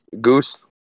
Goose